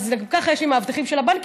אז גם ככה יש לי מאבטחים של הבנקים.